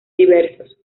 diversos